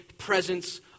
presence